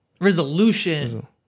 resolution